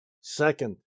Second